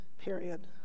period